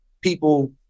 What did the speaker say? people